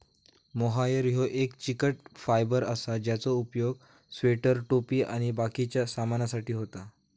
mohair ह्यो एक चिकट फायबर असा ज्याचो उपयोग स्वेटर, टोपी आणि बाकिच्या सामानासाठी होता